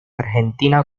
argentina